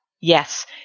Yes